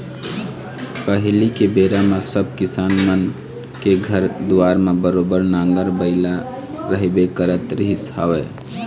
पहिली के बेरा म सब किसान मन के घर दुवार म बरोबर नांगर बइला रहिबे करत रहिस हवय